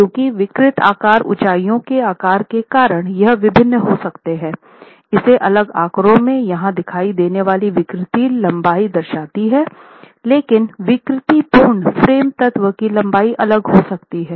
क्योंकि विकृत आकार ऊंचाइयों के आकार के कारण यह भिन्न हो सकते हैं इस अगले आंकड़े में यहां दिखाई देने वाली विकृति लंबाई दर्शाती है लेकिन विकृतिपूर्ण फ्रेम तत्व की लंबाई अलग हो सकती है